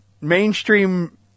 mainstream